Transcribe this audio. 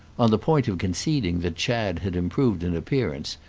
on the point of conceding that chad had improved in appearance,